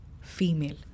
female